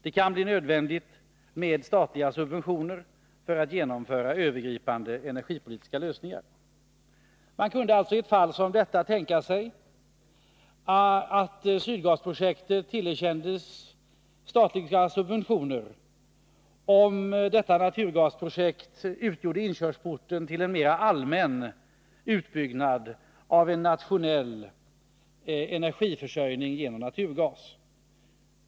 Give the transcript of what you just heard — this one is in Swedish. Det kan bli nödvändigt med statliga subventioner för att genomföra övergripande energipolitiska lösningar. Man kunde alltså i ett fall som detta tänka sig att Sydgasprojektet tillerkändes statliga subventioner, om detta naturgasprojekt utgjorde inkörsporten till en mer allmän utbyggnad av en nationell energiförsörjning genom naturgas.